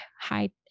height